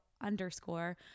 underscore